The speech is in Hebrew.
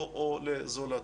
לו או לזולתו.